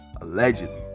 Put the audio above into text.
allegedly